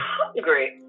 hungry